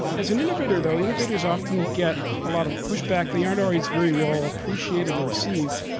as an innovator though, innovators often get a lot of pushback. they aren't always very well appreciated and received.